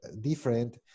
different